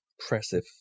impressive